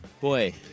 boy